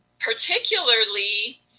particularly